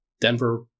Denver